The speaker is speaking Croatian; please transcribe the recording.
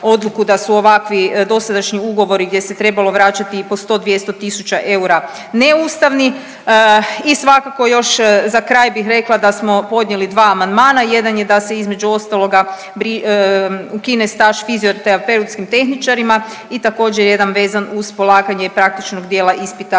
odluku da su ovakvi dosadašnji ugovori, gdje se trebalo vraćati i po 100, 200 000 eura neustavni. I svakako još za kraj bih rekla da smo podnijeli dva amandmana. Jedan je da se između ostaloga ukine staž fizioterapeutskim tehničarima i također jedan vezan uz polaganje praktičnog dijela ispita